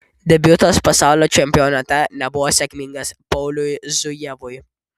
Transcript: debiutas pasaulio čempionate nebuvo sėkmingas pauliui zujevui